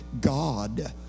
God